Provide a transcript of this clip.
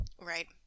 Right